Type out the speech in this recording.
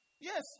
Yes